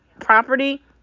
property